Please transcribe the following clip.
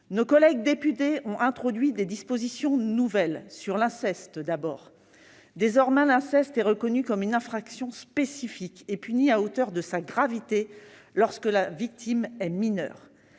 Nos collègues députés ont introduit des dispositions nouvelles, sur l'inceste, tout d'abord. Désormais, l'inceste est reconnu comme une infraction spécifique et puni à hauteur de sa gravité lorsque la victime est mineure.